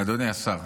אדוני השר,